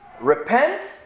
Repent